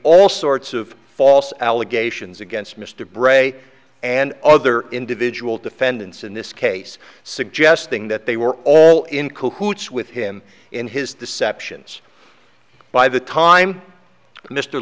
all sorts of false allegations against mr bray and other individual defendants in this case suggesting that they were all in cahoots with him in his deceptions by the time mr